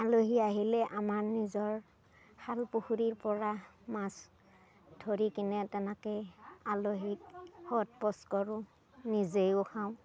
আলহী আহিলে আমাৰ নিজৰ খাল পুখুৰীৰ পৰা মাছ ধৰি কিনে তেনেকে আলহীক সোধ পোছ কৰোঁ নিজেও খাওঁ